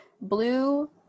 blue